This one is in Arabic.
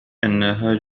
أنها